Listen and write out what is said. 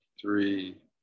three